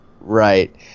right